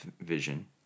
vision